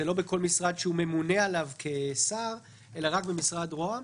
לא בכל משרד שהוא ממונה עליו כשר אלא רק במשרד ראש הממשלה,